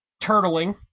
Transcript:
turtling